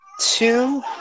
two